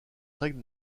règle